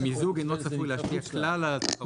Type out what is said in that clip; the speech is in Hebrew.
שהמיזוג אינו צפוי להשפיע כלל על התחרות בישראל.